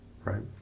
right